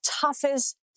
toughest